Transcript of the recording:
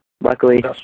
luckily